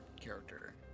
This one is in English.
character